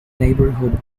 neighbourhood